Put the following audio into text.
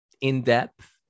in-depth